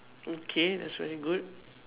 okay that's very good